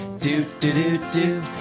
do-do-do-do